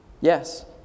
Yes